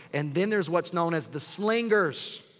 and then there's what's known as the slingers.